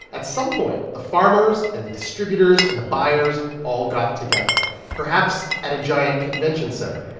at some point, the farmers and the distributors and the buyers all got together perhaps at a giant convention center,